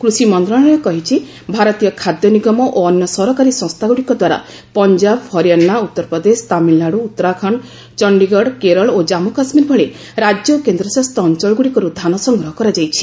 କୃଷି ମନ୍ତଶାଳୟ କହିଛି ଭାରତୀୟ ଖାଦ୍ୟ ନିଗମ ଓ ଅନ୍ୟ ସରକାରୀ ସଂସ୍ଥାଗୁଡ଼ିକ ଦ୍ୱାରା ପଞ୍ଜାବ ହରିୟାନା ଉତ୍ତରପ୍ରଦେଶ ତାମିଲନାଡୁ ଉତ୍ତରାଖଣ୍ଡ ଚଣ୍ଡିଗଡ କେରଳ ଓ କାଞ୍ଗୁ କାଶ୍ମୀର ଭଳି ରାଜ୍ୟ ଓ କେନ୍ଦ୍ରଶାସିତ ଅଞ୍ଚଳ ଗୁଡ଼ିକରୁ ଧାନ ସଂଗ୍ରହ କରାଯାଇଛି